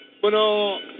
bueno